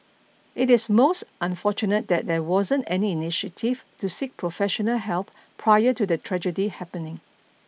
it is most unfortunate that there wasn't any initiative to seek professional help prior to the tragedy happening